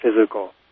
physical